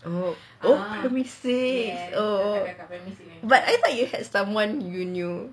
oh primary six oh oh but I thought you had someone who you knew